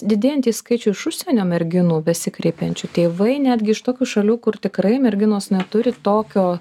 didėjantį skaičių iš užsienio merginų besikreipiančių tėvai netgi iš tokių šalių kur tikrai merginos neturi tokio